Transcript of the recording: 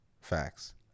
Facts